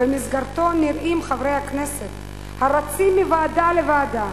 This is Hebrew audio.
שבמסגרתו נראים חברי כנסת הרצים מוועדה לוועדה,